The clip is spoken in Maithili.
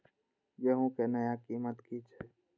गेहूं के नया कीमत की छे?